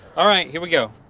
all right, here we go.